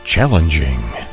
Challenging